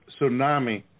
tsunami